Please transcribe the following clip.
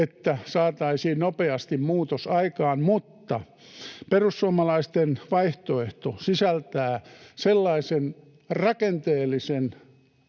että saataisiin nopeasti muutos aikaan, mutta perussuomalaisten vaihtoehto sisältää sellaisen rakenteellisen,